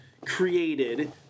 created